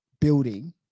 building